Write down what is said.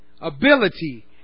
ability